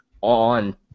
on